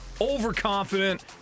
overconfident